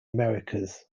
americas